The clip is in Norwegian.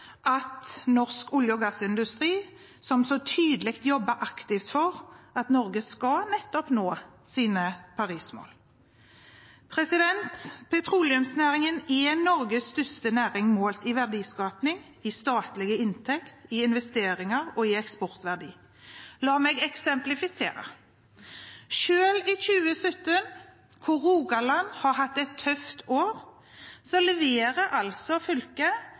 at norsk olje- og gassindustri så tydelig jobber aktivt for at Norge nettopp skal nå sine Paris-mål. Petroleumsnæringen er Norges største næring målt i verdiskaping, i statlige inntekter, i investeringer og i eksportverdi. La meg eksemplifisere: Selv i 2017, hvor Rogaland har hatt et tøft år, leverer altså fylket